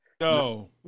No